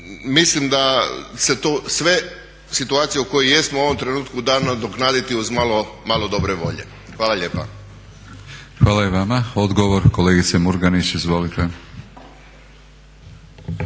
mislim da se to sve situacije u kojoj jesmo u ovom trenutku da nadoknaditi uz malo dobre volje. Hvala lijepa. **Batinić, Milorad (HNS)** Hvala i vama. Odgovor kolegice Murganić. Izvolite.